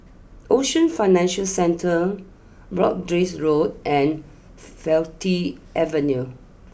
Ocean Financial Centre Broadrick Road and Faculty Avenue